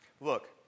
look